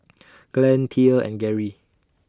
Glenn Thea and Gerry